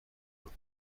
کنیم